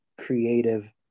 creative